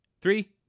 Three